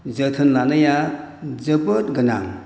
जोथोन लानाया जोबोद गोनां